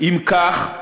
אם כך,